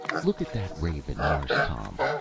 look at that raven, marse tom.